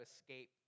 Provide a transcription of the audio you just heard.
escape